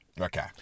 Okay